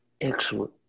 Excellent